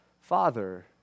father